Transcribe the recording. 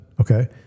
okay